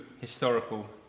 historical